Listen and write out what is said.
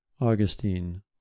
augustine